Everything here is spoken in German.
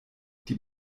die